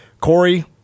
Corey